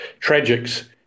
tragics